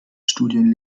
studien